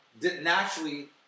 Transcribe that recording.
naturally